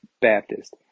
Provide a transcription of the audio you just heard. Baptist